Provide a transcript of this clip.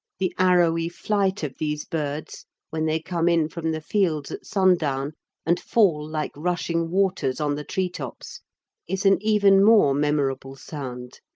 the arrowy flight of these birds when they come in from the fields at sundown and fall like rushing waters on the tree-tops is an even more memorable sound.